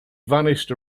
vanished